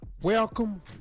welcome